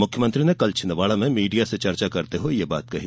मुख्यमंत्री ने कल छिंदवाड़ा में मीडिया से चर्चा करते हुए ये बात कही